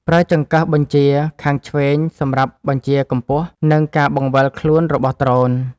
ប្រើចង្កឹះបញ្ជាខាងឆ្វេងសម្រាប់បញ្ជាកម្ពស់ និងការបង្វិលខ្លួនរបស់ដ្រូន។